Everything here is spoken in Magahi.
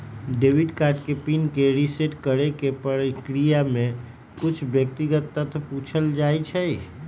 डेबिट कार्ड के पिन के रिसेट करेके प्रक्रिया में कुछ व्यक्तिगत तथ्य पूछल जाइ छइ